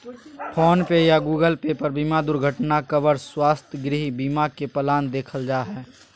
phone पे या Google Pay पर बीमा दुर्घटना कवर, स्वास्थ्य, गृह बीमा के प्लान देखल जा हय